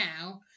now